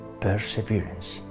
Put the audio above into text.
perseverance